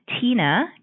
Tina